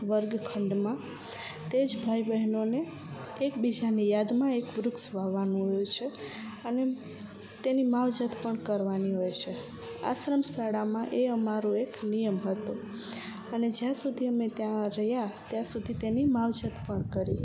વર્ગખંડમાં તે જ ભાઈ બહેનોને એક બીજાની યાદમાં એક વૃક્ષ વાવવાનું હોય છે અને તેની માવજત પણ કરવાની હોય છે આશ્રમ શાળામાં એ અમારો એક નિયમ હતો અને જ્યાં સુધી અમે ત્યાં રહ્યાં ત્યાં સુધી તેની માવજત પણ કરી